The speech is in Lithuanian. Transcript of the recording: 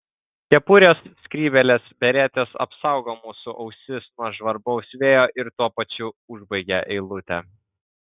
kepurės skrybėlės beretės apsaugo mūsų ausis nuo žvarbaus vėjo ir tuo pačiu užbaigia eilutę